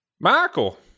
Michael